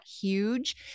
huge